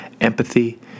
empathy